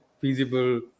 feasible